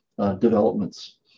developments